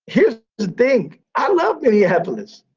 here's the thing. i love minneapolis.